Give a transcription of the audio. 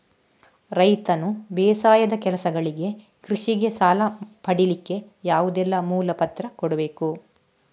ರೈತನು ಬೇಸಾಯದ ಕೆಲಸಗಳಿಗೆ, ಕೃಷಿಗೆ ಸಾಲ ಪಡಿಲಿಕ್ಕೆ ಯಾವುದೆಲ್ಲ ಮೂಲ ಪತ್ರ ಕೊಡ್ಬೇಕು?